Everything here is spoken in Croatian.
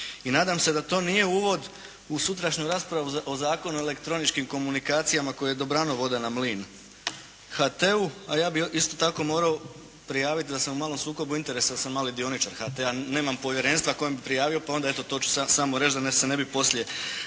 i nadam se da to nije uvod u sutrašnju raspravu o Zakonu o elektroničkim komunikacijama koje dobrano vode na mlin HT-u. A ja bih isto tako morao prijaviti da sam malo u sukobu interesa, jer sam mali dioničar HT-a, nemam povjerenstva kojem bi prijavio, pa onda eto to ću samo reći da me se ne bi poslije